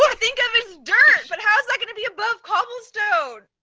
but think of endures, but how is that gonna be above cobblestone?